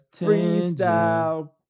freestyle